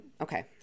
okay